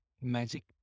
Magic